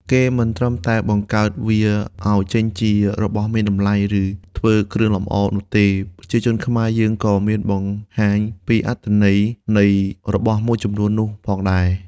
គេមិនត្រឹមតែបង្កើតវាឲ្យចេញជារបស់មានតម្លៃ ឬធ្វើគ្រឿងលម្អនោះទេ ប្រជាជនខ្មែរយើងក៏មានបង្ហាញពីអត្ថន័យនៃរបស់មួយចំនួននោះផងដែរ។